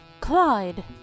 Clyde